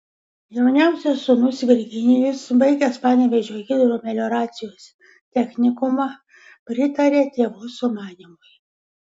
jauniausias sūnus virginijus baigęs panevėžio hidromelioracijos technikumą pritarė tėvų sumanymui